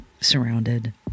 surrounded